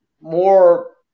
more